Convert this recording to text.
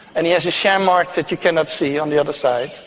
and he has a sham mark that you cannot see on the other side.